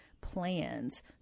plans